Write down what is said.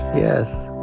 yes.